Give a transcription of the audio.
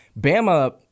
Bama